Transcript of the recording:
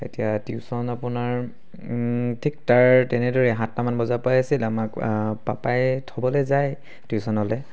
এতিয়া টিউশ্যন আপোনাৰ তাৰ ঠিক তেনেদৰে সাতটামান বজাৰ পৰাই আছিল পাপাই থ'বলৈ যায় টিউশ্যনলৈ